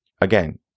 Again